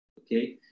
okay